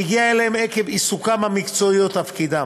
שהגיע אליהם עקב עיסוקם המקצועי או תפקידם.